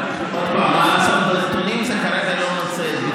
אבל בנתונים זה כרגע לא מוצא את